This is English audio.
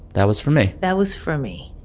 that was for me. that was for me,